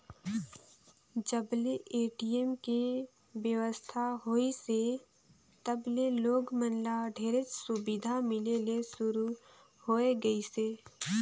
जब ले ए.टी.एम के बेवस्था होइसे तब ले लोग मन ल ढेरेच सुबिधा मिले ले सुरू होए गइसे